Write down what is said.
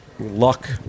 Luck